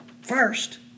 First